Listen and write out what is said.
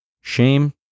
Shame